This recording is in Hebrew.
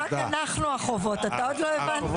רק אנחנו בחובות אתה עוד לא הבנת?